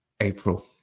april